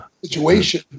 situation